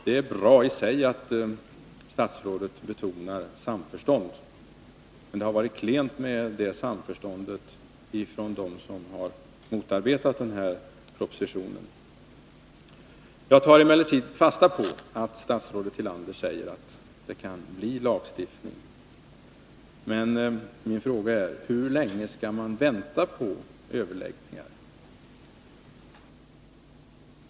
Det är bra i sig att statsrådet betonar samförstånd, men det har varit klent med samförstånd från dem som motarbetat den här propositionen. Jag tar emellertid fasta på att statsrådet Tillander säger att det kan bli lagstiftning. Men min fråga är: Hur länge skall man vänta på överläggningar.